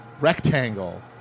rectangle